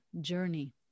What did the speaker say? journey